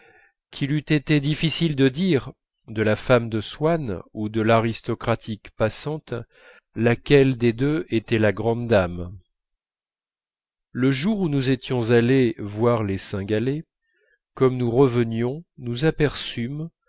qu'il eût été difficile de dire de la femme de swann ou de l'aristocratique passante laquelle des deux était la grande dame le jour où nous étions allés voir les cynghalais comme nous revenions nous